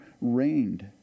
rained